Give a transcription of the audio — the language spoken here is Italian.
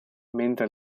mentre